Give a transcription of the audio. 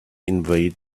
invade